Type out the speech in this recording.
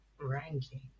Ranking